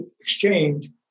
exchange